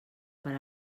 per